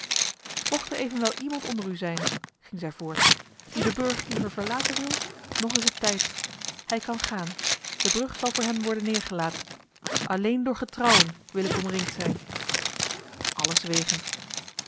mocht er evenwel iemand onder u zijn ging zij voort die den burcht liever verlaten wil nog is het tijd hij kan gaan de brug zal voor hem worden neergelaten alleen door getrouwen wil ik omringd zijn allen zwegen